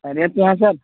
خیریت سے ہیں سر